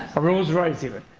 a rolls royce even.